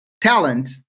talent